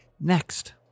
Next